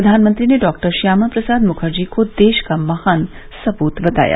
प्रधानमंत्री ने डॉक्टर श्यामा प्रसाद मुखर्जी को देश का महान सप्रत बताया